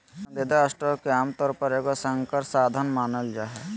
पसंदीदा स्टॉक के आमतौर पर एगो संकर साधन मानल जा हइ